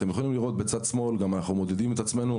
אתם יכולים לראות בצד שמאל שאנחנו מודדים את עצמנו,